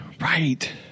right